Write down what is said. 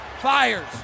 fires